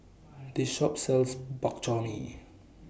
This Shop sells Bak Chor Mee